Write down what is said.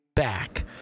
back